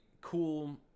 cool